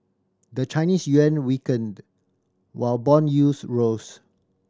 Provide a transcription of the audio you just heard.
the Chinese yuan weakened while bond yields rose